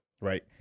right